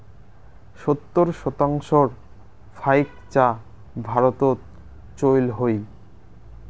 সত্তর শতাংশর ফাইক চা ভারতত চইল হই